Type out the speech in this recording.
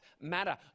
matter